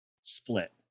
split